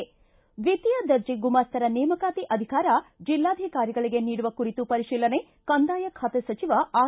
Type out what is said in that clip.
ಿ ದ್ನಿತೀಯ ದರ್ಜೆ ಗುಮಾಸ್ತರ ನೇಮಕಾತಿ ಅಧಿಕಾರ ಜೆಲ್ಲಾಧಿಕಾರಿಗಳಿಗೆ ನೀಡುವ ಕುರಿತು ಪರಿಶೀಲನೆ ಕಂದಾಯ ಖಾತೆ ಸಚಿವ ಆರ್